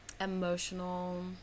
emotional